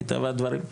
מטבע הדברים.